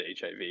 HIV